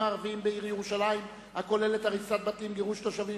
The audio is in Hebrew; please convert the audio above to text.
ערבים בעיר ירושלים הכוללת הריסת בתים וגירוש תושבים